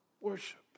worship